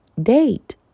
date